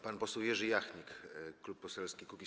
Pan poseł Jerzy Jachnik, Klub Poselski Kukiz’15.